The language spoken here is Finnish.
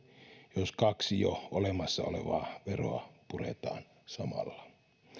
jos kaksi jo olemassa olevaa veroa puretaan samalla